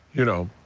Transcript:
you know,